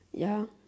ya